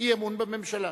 אי-אמון בממשלה.